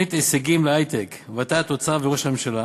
תוכנית "הישגים להיי-טק" ות"ת, האוצר וראש הממשלה,